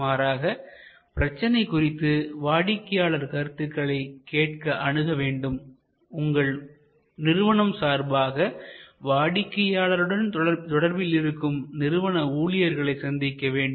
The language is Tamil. மாறாக பிரச்சனை குறித்து வாடிக்கையாளர் கருத்துக்களை கேட்க அணுக வேண்டும் உங்கள் நிறுவனம் சார்பாக வாடிக்கையாளருடன் தொடர்பில் இருக்கும் நிறுவன ஊழியர்களை சந்திக்க வேண்டும்